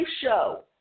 show